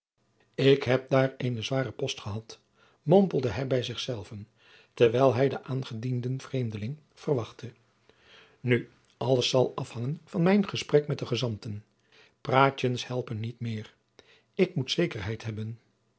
ik heb daar eene zware post gehad mompelde hij bij zich zelven terwijl hij den aangedienden vreemdeling verwachtte nu alles zal afhangen van mijn gesprek met de gezanten praatjens helpen niet meer ik moet zekerheid hebben